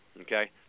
okay